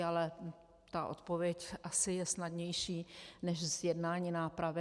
Ale ta odpověď asi je snadnější než zjednání nápravy.